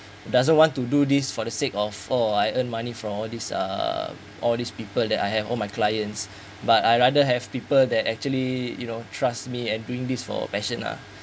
doesn't want to do this for the sake of oh I earn money from all these uh all these people that I have all my clients but I rather have people that actually you know trust me and doing this for passion lah